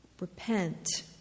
Repent